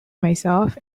myself